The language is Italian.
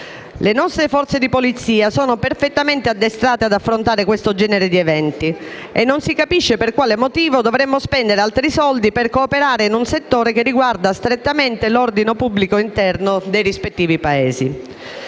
Le nostre forze di polizia sono perfettamente addestrate ad affrontare questo genere di eventi e non si capisce per quale motivo dovremmo spendere altri soldi per cooperare in un settore che riguarda strettamente l'ordine pubblico interno dei rispettivi Paesi.